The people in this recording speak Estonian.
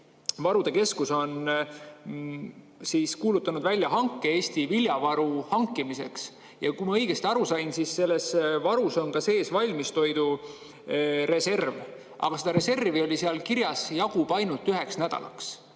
Varude Keskus on kuulutanud välja hanke Eesti viljavaru hankimiseks. Ja kui ma õigesti aru sain, siis selles varus on sees ka valmistoidureserv, aga seda reservi jagub, nagu seal kirjas oli, ainult üheks nädalaks.